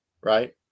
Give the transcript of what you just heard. right